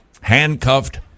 handcuffed